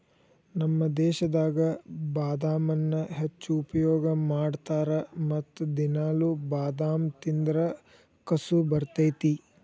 ನಮ್ಮ ದೇಶದಾಗ ಬಾದಾಮನ್ನಾ ಹೆಚ್ಚು ಉಪಯೋಗ ಮಾಡತಾರ ಮತ್ತ ದಿನಾಲು ಬಾದಾಮ ತಿಂದ್ರ ಕಸು ಬರ್ತೈತಿ